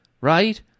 right